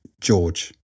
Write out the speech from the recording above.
George